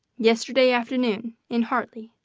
yesterday afternoon, in hartley,